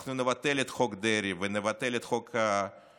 אנחנו נבטל את חוק דרעי, נבטל את חוק הנבצרות